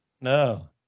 no